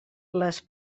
les